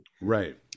Right